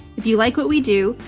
if you like what we do,